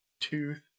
Tooth